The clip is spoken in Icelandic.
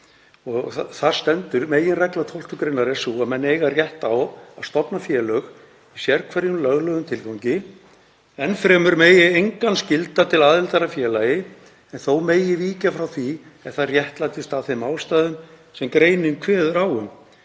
og þar stendur: „Meginregla 12. gr. er sú að menn eiga rétt á að stofna félög í sérhverjum löglegum tilgangi. Enn fremur megi engan skylda til aðildar að félagi en þó megi víkja frá því ef það réttlætist af þeim aðstæðum sem greinin kveður á um.